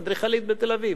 אדריכלית בתל-אביב.